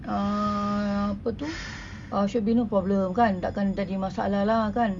uh apa tu uh should be no problem kan takkan jadi masalah lah kan